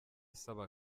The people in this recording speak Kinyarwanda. isaba